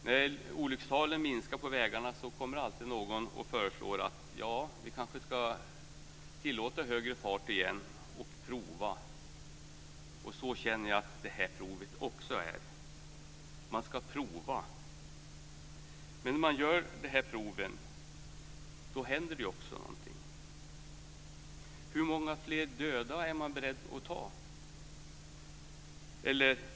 När olyckstalen minskar på vägarna kommer alltid någon och föreslår att vi kanske skulle tillåta högre fart igen och prova. Jag känner att det här provet också är så; man ska prova. Men när man gör de här proven händer det också någonting. Hur många fler döda är man beredd att acceptera?